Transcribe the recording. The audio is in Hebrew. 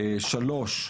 שלוש,